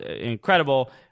incredible